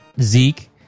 Zeke